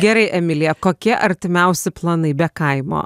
gerai emilija kokie artimiausi planai be kaimo